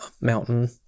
mountain